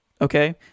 Okay